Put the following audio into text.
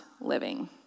living